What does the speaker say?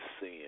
sin